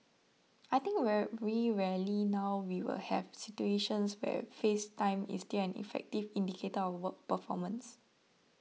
I think very rarely now we will have situations where face time is still an effective indicator of work performance